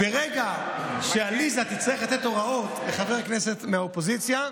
ברגע שעליזה תצטרך לתת הוראות לחבר כנסת מהאופוזיציה,